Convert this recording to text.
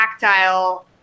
tactile